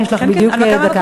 כן כן, הנמקה מהמקום.